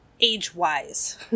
age-wise